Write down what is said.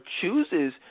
chooses